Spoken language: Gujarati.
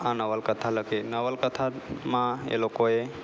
આ નવલકથા લખી નવલકથામાં એ લોકોએ